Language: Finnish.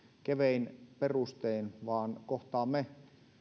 kevein perustein vaan kohtaamme